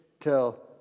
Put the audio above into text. tell